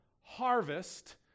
harvest